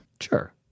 Sure